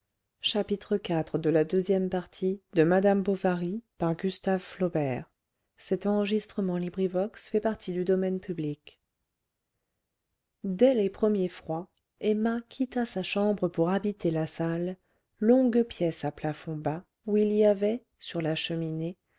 dès les premiers froids emma quitta sa chambre pour habiter la salle longue pièce à plafond bas où il y avait sur la cheminée